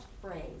phrase